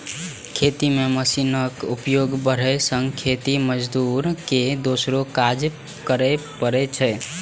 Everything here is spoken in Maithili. खेती मे मशीनक उपयोग बढ़ै सं खेत मजदूर के दोसरो काज करै पड़ै छै